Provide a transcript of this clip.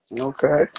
Okay